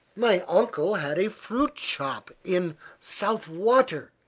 my uncle had a fruit shop in south water,